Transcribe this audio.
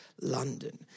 London